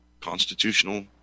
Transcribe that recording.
constitutional